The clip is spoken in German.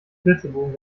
flitzebogen